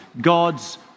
God's